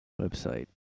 website